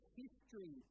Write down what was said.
history